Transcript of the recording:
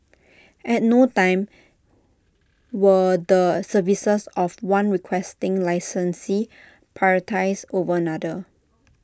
at no time were the services of one Requesting Licensee prioritised over another